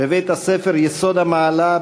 בבית-הספר 'יסוד המעלה',